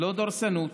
לא דורסנות,